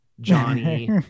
Johnny